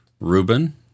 Ruben